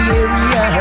area